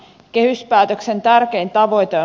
kehyspäätöksen tärkein tavoite on